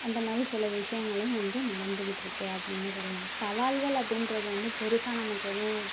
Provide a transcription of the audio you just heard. அந்தமாதிரி சில விஷியங்களும் வந்து நடந்துக்கிட்டுருக்கே அப்டினு சொல்லாம் சவால்கள் அப்டின்றது வந்து பெருசாக நமக்கு எதுவும்